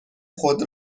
خود